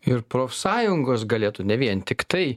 ir profsąjungos galėtų ne vien tiktai